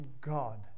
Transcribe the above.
God